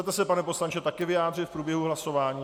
Chcete se, pane poslanče, také vyjádřit k průběhu hlasování?